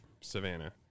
Savannah